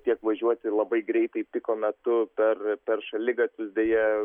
tiek važiuoti labai greitai piko metu per per šaligatvius deja